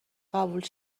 قبول